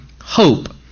hope